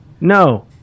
No